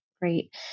Great